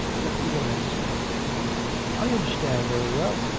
but you don't understand i understand very well.